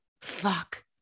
fuck